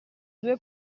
due